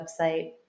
website